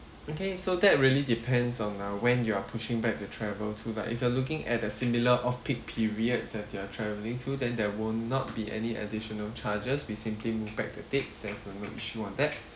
okay so that really depends on uh when you are pushing back the travel to lah if you are looking at a similar off peak period that you are travelling through then there will not be any additional charges we simply move back the dates that's no issue on that